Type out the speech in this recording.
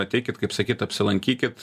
ateikit kaip sakyt apsilankykit